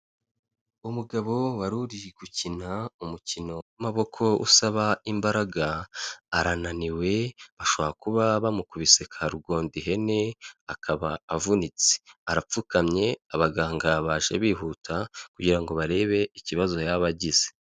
Umugabo wari uri gukina umukino w'amaboko usaba imbaraga, arananiwe bashobora kuba bamukubise ka rugondihene akaba avunitse, arapfukamye abaganga baje bihuta kugira ngo barebe ikibazo yaba agize.